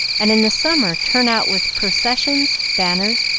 and in the summer turn out with processions, banners,